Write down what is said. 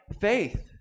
faith